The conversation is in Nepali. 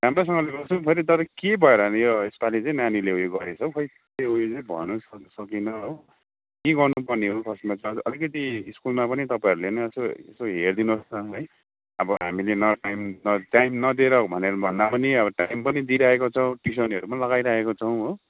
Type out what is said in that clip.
राम्रोसँगले गर्छौँ फेरि तर के भएर यो यसपाली चाहिँ नानीले उयो गरेछ हौ खै के उयो नै भएन स सकिन हो के गर्नु पर्ने हो यसमा चाहिँ अब अलिकति स्कुलमा पनि तपाईँहरूले नै यसो यसो हेरीदिनुहोस् न है अब हामीले न टाइम टाइम नदिएर भनेर भन्दा पनि टाइम पनि दिइरहेको छौँ ट्युसनहरू पनि लगाइरहेको छौँ हो